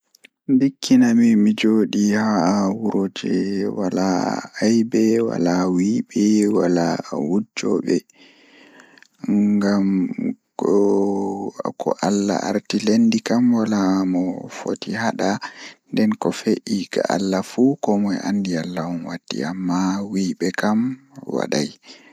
Ndikkina mi So mi waawi ɗonnoogol ko mi waɗi wuro ndee waɗata lewru njalli walla ndee waɗata lewru poondiral, Miɗo ɗonnoo wuro ndee waɗata lewru poondiral. Poondiral waɗi ka hoore e jamii, Sabu o waɗi fota njoɓɓe e ɓe njamaaji. So wuro no waawi adaa ɗum, No heɓa fow ɓuri.